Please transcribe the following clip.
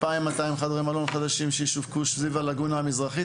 2,200 חדרי מלון חדשים שישווקו סביב הלגונה המזרחית,